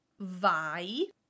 Vai